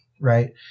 right